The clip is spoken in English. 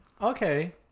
Okay